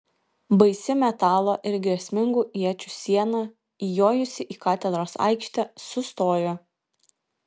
baisi metalo ir grėsmingų iečių siena įjojusi į katedros aikštę sustojo